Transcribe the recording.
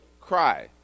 cry